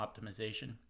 optimization